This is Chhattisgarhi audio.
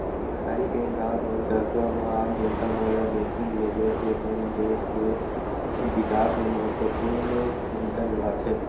सहकारी बेंक गॉव गंवई, कस्बा म आम जनता मन ल बेंकिग ले जोड़ के सगं, देस के बिकास म महत्वपूर्न भूमिका निभाथे